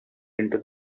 into